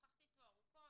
שוחחתי איתו ארוכות,